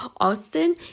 Austin